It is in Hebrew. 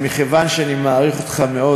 וכיוון שאני מעריך אותך מאוד,